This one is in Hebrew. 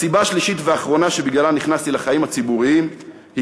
הסיבה השלישית והאחרונה שבגללה נכנסתי לחיים הציבוריים היא